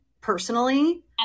personally